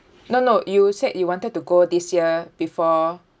no no you said you wanted to go this year before